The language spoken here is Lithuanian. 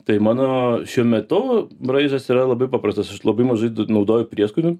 tai mano šiuo metu braižas yra labai paprastas aš labai mažai naudoju prieskonių